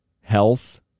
health